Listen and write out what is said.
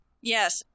Yes